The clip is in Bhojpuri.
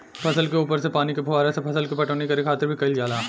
फसल के ऊपर से पानी के फुहारा से फसल के पटवनी करे खातिर भी कईल जाला